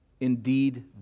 Indeed